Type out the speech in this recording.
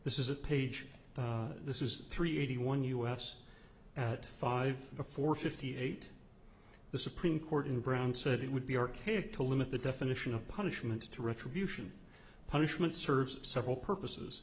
this is a page this is three eighty one us five four fifty eight the supreme court in brown said it would be archaic to limit the definition of punishment to retribution punishment serves several purposes